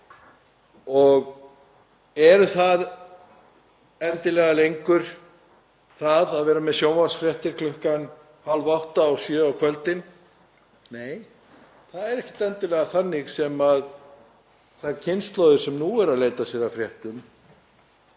á. Er það endilega enn þá að vera með sjónvarpsfréttir klukkan hálfátta og sjö á kvöldin? Nei, það er ekkert endilega þannig sem þær kynslóðir sem nú eru að leita sér að fréttum